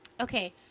Okay